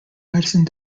medicine